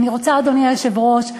אדוני היושב-ראש,